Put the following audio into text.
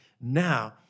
now